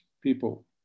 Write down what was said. people